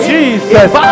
Jesus